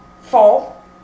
fall